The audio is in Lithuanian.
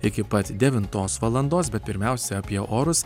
iki pat devintos valandos bet pirmiausia apie orus